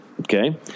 okay